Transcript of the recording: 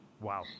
Wow